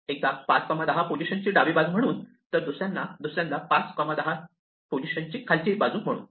एकदा 510 पोझिशन ची डावी बाजू म्हणून तर दुसऱ्यांदा 510 पोझिशन ची खालची बाजू म्हणून